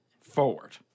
forward